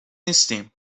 نیستیم